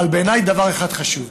אבל בעיניי דבר אחד חשוב,